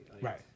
Right